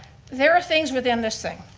there are things within this thing.